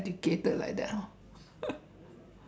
educated like that ha